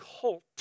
cult